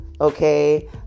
okay